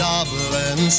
Dublin